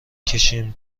کشیم